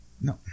No